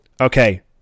Okay